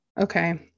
Okay